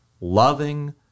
loving